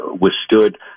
withstood